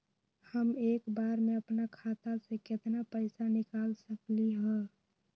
हम एक बार में अपना खाता से केतना पैसा निकाल सकली ह?